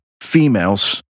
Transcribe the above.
females